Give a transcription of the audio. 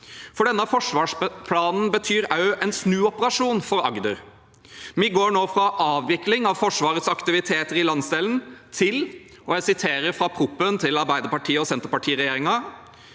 for denne forsvarsplanen betyr også en snuoperasjon for Agder. Vi går nå fra avvikling av Forsvarets aktiviteter i landsdelen, til – og jeg siterer fra proposisjonen som Arbeiderparti–Senterparti-regjeringen